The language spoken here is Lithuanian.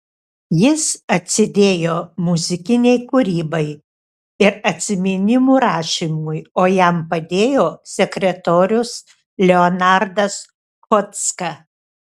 jis atsidėjo muzikinei kūrybai ir atsiminimų rašymui o jam padėjo sekretorius leonardas chodzka